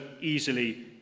easily